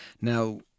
Now